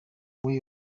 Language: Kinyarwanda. wowe